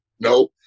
No